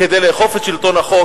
כדי לאכוף את שלטון החוק,